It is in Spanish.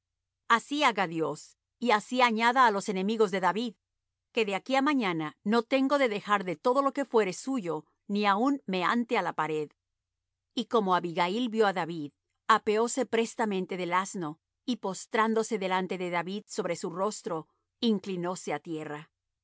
así haga dios y así añada á los enemigos de david que de aquí á mañana no tengo de dejar de todo lo que fuere suyo ni aun meante á la pared y como abigail vió á david apeóse prestamente del asno y postrándose delante de david sobre su rostro inclinóse á tierra